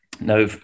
Now